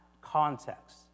context